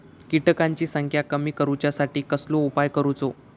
किटकांची संख्या कमी करुच्यासाठी कसलो उपाय करूचो?